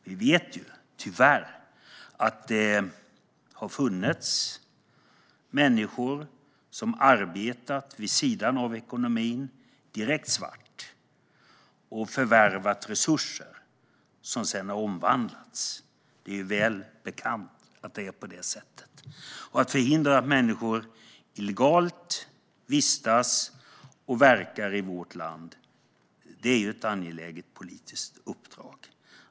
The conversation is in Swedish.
Vi vet tyvärr att det har funnits människor som har arbetat vid sidan av ekonomin, direkt svart, och förvärvat resurser som sedan har omvandlats. Det är väl bekant att det är på det sättet. Att förhindra att människor illegalt vistas och verkar i vårt land är ett angeläget politiskt uppdrag.